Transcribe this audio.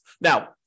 Now